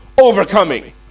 overcoming